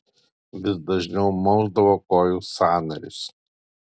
vis dažniau mausdavo kojų sąnarius